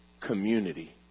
Community